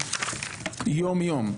יום-יום,